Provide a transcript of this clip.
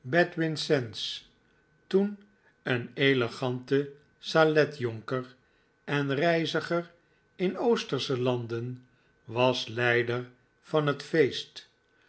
toen een elegante saletjonker en reiziger in oostersche landen was leider van het feest